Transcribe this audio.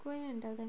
go and tel lthem